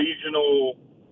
regional